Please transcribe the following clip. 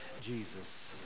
Jesus